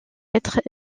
être